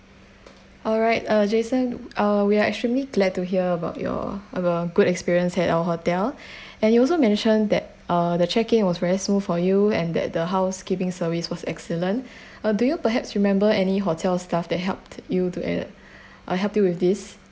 alright uh jason uh we are extremely glad to hear about your uh good experience at our hotel and you also mention that uh the check in was very smooth for you and that the housekeeping service was excellent uh do you perhaps remember any hotel stuff that helped you to eh or helped you with this